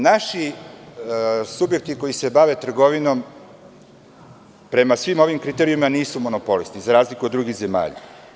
Naši subjekti koji se bave trgovinom prema svim ovim kriterijumima nisu monopolisti za razliku od drugih zemlja.